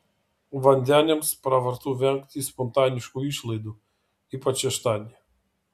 vandeniams pravartu vengti spontaniškų išlaidų ypač šeštadienį